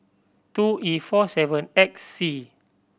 two E four seven X C